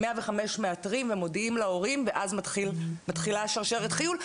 105 מאתרים ומודיעים להורים ואז מתחילה שרשרת חיול.